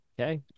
Okay